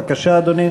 בבקשה, אדוני.